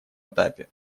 этапе